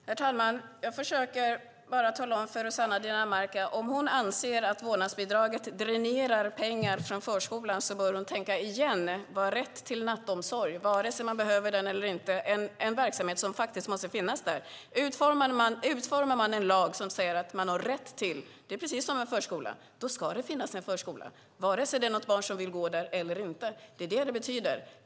Herr talman! Jag försöker bara tala om för Rossana Dinamarca att om hon anser att vårdnadsbidraget dränerar pengar från förskolan bör hon tänka igen vad rätt till nattomsorg gör vare sig man behöver den eller inte. Det är en verksamhet som måste finnas där. Utformar man en lag som säger att barn har rätt till en förskola ska det finnas en förskola vare sig det är något barn som vill gå där eller inte. Det är vad det betyder.